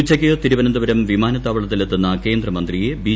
ഉച്ചയ്ക്ക് തിരുവനന്തപുരം വിമാനത്താവളത്തിലെത്തുന്ന കേന്ദ്രമന്ത്രിയെ ബി